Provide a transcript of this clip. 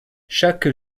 chaque